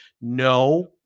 No